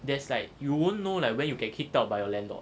there's like you won't know like when you get kicked out by your landlord